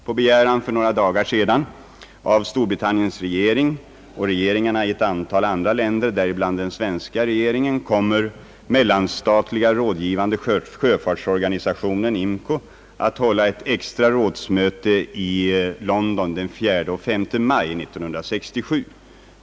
På begäran för några dagar sedan av Storbritanniens regering och regeringarna i ett antal andra länder, däribland den svenska regeringen, kommer Mellanstatliga rådgivande sjöfartsorganisationen att hålla ett extra rådsmöte i London den 4—5 maj 1967.